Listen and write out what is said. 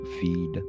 feed